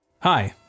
Hi